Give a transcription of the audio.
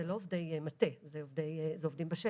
אלה לא עובדי מטה אלא עובדים בשטח